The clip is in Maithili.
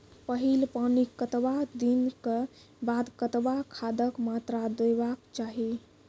पहिल पानिक कतबा दिनऽक बाद कतबा खादक मात्रा देबाक चाही?